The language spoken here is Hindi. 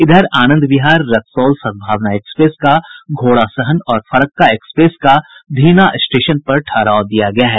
इधर आनंद विहार रक्सौल सद्भावना एक्सप्रेस का घोड़ासहन और फरक्का एक्सप्रेस का धीना स्टेशन पर ठहराव दिया गया है